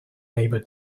neighbor